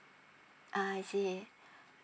ah I see